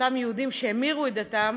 אותם יהודים שהמירו את דתם,